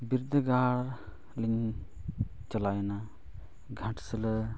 ᱵᱤᱫᱽᱫᱟᱹᱜᱟᱲ ᱞᱤᱧ ᱪᱟᱞᱟᱣᱮᱱᱟ ᱜᱷᱟᱴᱥᱤᱞᱟ